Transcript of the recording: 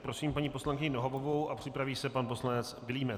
Prosím paní poslankyni Nohavovou a připraví se pan poslanec Vilímec.